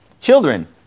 children